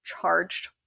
charged